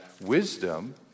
wisdom